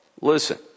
Listen